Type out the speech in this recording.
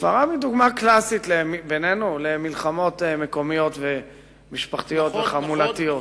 שפרעם זו דוגמה קלאסית למלחמות מקומיות ומשפחתיות וחמולתיות.